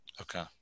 Okay